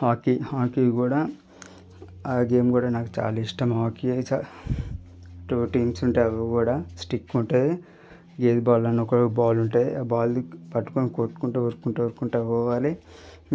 hockey hockey కూడ ఆ game కూడ నాకు చాలా ఇష్టము హాకీ టూ టీమ్స్ ఉంటారు అవి కూడ స్టిక్ ఉంటుంది ఏది బాల్ అని ఒక బాల్ ఉంటుంది ఆ బాల్ పట్టుకుని కొట్టుకుని ఉరుక్కుంటా ఉరుక్కుంటా పోవాలి